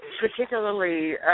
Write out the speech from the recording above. particularly